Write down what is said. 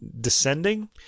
descending